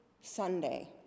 Sunday